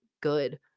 good